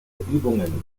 übungen